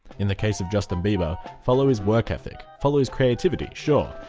in the case of justin bieber follow his work ethic, follow his creativity sure,